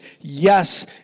yes